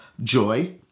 joy